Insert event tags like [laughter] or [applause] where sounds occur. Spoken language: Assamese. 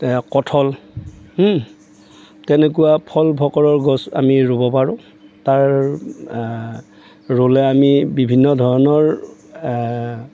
[unintelligible] কঠল তেনেকুৱা ফল ফকৰৰ গছ আমি ৰুব পাৰোঁ তাৰ ৰুলে আমি বিভিন্ন ধৰণৰ